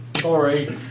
Sorry